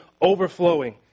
overflowing